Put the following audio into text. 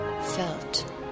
felt